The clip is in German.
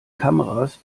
kameras